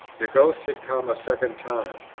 the ghost had come a second time.